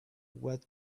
what